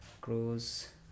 crows